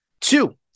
Two